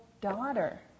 daughter